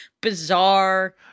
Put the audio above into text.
bizarre